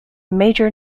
major